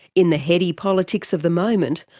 in the heady politics of the moment,